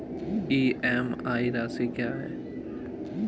EMI राशि क्या है?